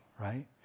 right